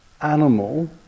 animal